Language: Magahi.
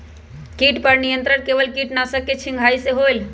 किट पर नियंत्रण केवल किटनाशक के छिंगहाई से होल?